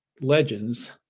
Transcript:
legends